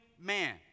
man